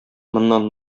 моннан